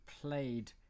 played